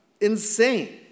insane